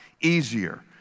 easier